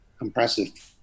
compressive